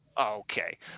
Okay